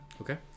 Okay